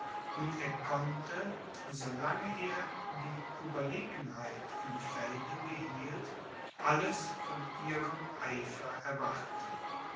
und er konnte so lange er die ueberlegenheit im felde behielt alles von ihrem eifer erwarten